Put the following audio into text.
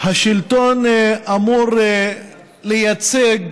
השלטון אמור לייצג